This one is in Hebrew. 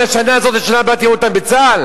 השנה הזאת ובשנה הבאה תראו אותם בצה"ל?